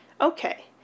Okay